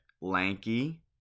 lanky